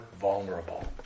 vulnerable